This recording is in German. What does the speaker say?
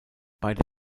beide